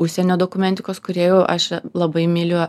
užsienio dokumentikos kūrėjų aš labai myliu